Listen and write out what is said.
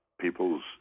people's